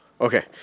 Okay